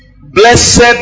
blessed